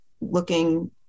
looking